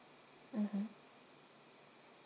mmhmm